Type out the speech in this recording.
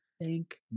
Thank